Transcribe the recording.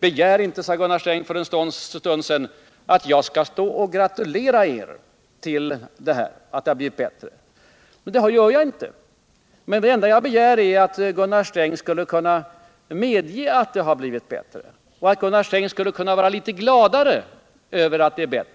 Begär inte, sade Gunnar Sträng för en stund sedan, att jag skall stå och gratulera er till att det har blivit bättre. Men det gör jag inte. Det enda jag begär är att Gunnar Sträng skulle kunna medge att det har blivit bättre och att Gunnar Sträng skulle kunna vara litet gladare över att det blivit